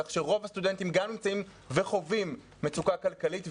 כך שרוב הסטודנטים גם נמצאים וחווים מצוקה כלכלית,